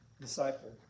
disciple